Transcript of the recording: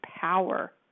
power